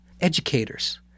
Educators